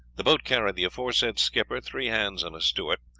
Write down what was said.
the boat carried the aforesaid skipper, three hands, and a steward,